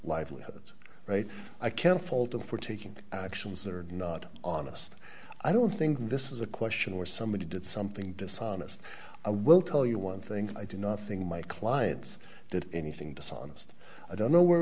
livelihoods right i can't fault him for taking actions that are not honest i don't think this is a question where somebody did something dishonest i will tell you one thing i do nothing my clients that anything dishonest i don't know where